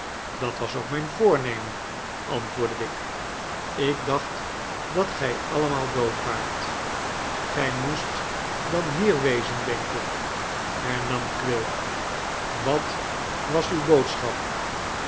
dat was ook mijn voornemen antwoordde dick ik dacht dat gij allemaal dood waart gij moest dan hier wezen denk ik hernam quilp wat was uwe boodschap